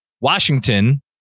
Washington